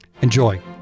Enjoy